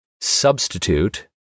substitute